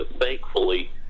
thankfully